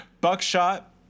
Buckshot